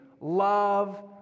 love